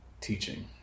teaching